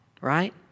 right